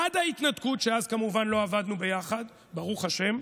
עד ההתנתקות, אז כמובן לא עבדנו ביחד, ברוך השם,